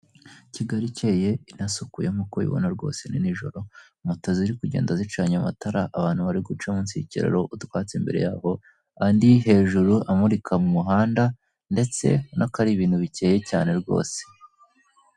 Kigali ikeye inasukuye nk'uko ibona rwose ni nijoro, moto ziri kugenda zicanye amatara, abantu bari guca munsi y'ikiraro, utwatsi imbere yabo andi hejuru amurika m'umuhanda, ndetse ubona ko ari ibintu bikeye cyane rwose.